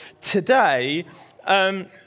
today